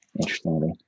Interestingly